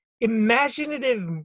imaginative